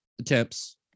attempts